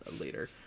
later